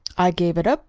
i gave it up,